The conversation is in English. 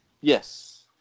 Yes